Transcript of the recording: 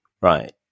right